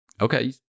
Okay